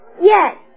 Yes